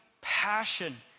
passion